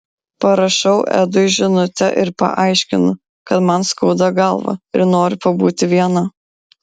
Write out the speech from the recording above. parašau edui žinutę ir paaiškinu kad man skauda galvą ir noriu pabūti viena